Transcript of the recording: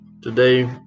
Today